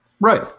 Right